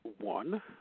one